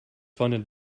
funded